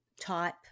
type